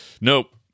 nope